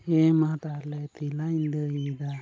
ᱦᱮᱸ ᱢᱟ ᱛᱟᱦᱚᱞᱮ ᱛᱮᱞᱟᱧ ᱞᱟᱹᱭᱫᱟ